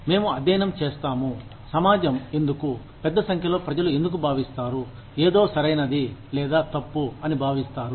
మేము అధ్యయనం చేస్తాము సమాజం ఎందుకు పెద్ద సంఖ్యలో ప్రజలు ఎందుకు భావిస్తారు ఏదో సరైనది లేదా తప్పు అని భావిస్తారు